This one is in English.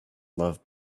love